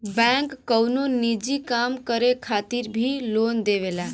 bank कउनो निजी काम करे खातिर भी लोन देवला